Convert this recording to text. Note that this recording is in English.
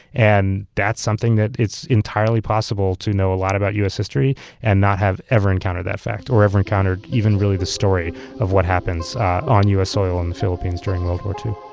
and that's something that, it's entirely possible to know a lot about u s. history and not have ever encountered that fact or ever encountered even really the story of what happens on u s. soil in the philippines during world war two.